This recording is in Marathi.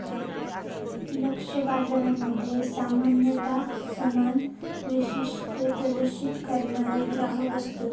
लक्ष्य बाजारामध्ये सामान्यता समान वैशिष्ट्ये प्रदर्शित करणारे ग्राहक असतत